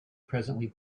presently